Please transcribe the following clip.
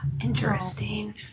Interesting